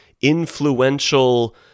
influential